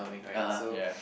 (uh huh) ya